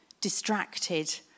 distracted